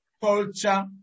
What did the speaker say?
culture